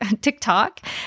TikTok